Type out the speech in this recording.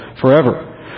forever